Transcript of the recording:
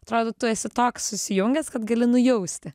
atrodo tu esi toks susijungęs kad gali nujausti